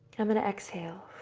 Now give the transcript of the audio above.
i'm going to exhale.